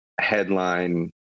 headline